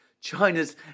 China's